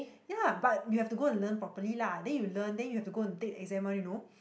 ya but you have to go and learn properly lah then you learn then you have to go and take exam one you know